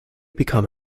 become